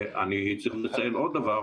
אני צריך לציין עוד דבר,